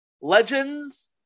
Legends